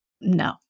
no